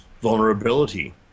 vulnerability